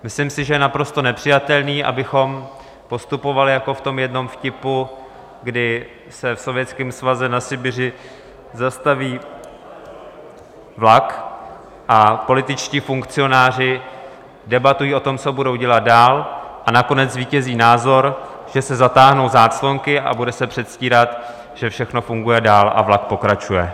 Myslím si, že je naprosto nepřijatelné, abychom postupovali jako v tom jednom vtipu, kdy se v Sovětském svazu na Sibiři zastaví vlak, a političtí funkcionáři debatují o tom, co budou dělat dál, a nakonec zvítězí názor, že se zatáhnou záclonky a bude se předstírat, že všechno funguje dál a vlak pokračuje.